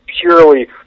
purely